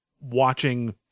watching